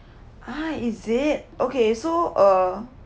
ah is it okay so uh